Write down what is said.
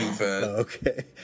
okay